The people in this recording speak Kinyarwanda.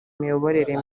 imiyoborere